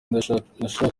nashakaga